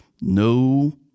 no